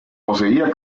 poseía